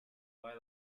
vai